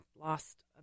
lost